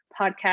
podcast